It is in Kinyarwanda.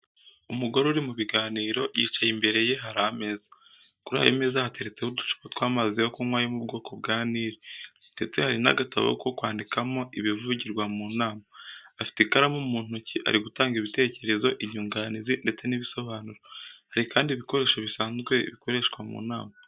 Umugore uri mu biganiro, yicaye imbere ye hari ameza. Kuri ayo meza hateretse ho uducupa tw’amazi yo kunywa yo mu bwoko bwa Nili, ndetse hari n’agatabo ko kwandikamo ibivugirwa mu nama. Afite ikaramu mu ntoki, ari gutanga ibitekerezo, inyunganizi ndetse n’ibisobanuro. Hari kandi ibikoresho bisanzwe bikoreshwa mu nama.